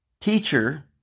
teacher